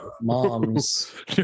moms